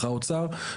האוצר.